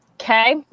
okay